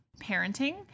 parenting